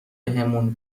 بهمون